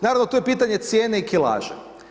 Naravno, tu je pitanje cijene i kilaže.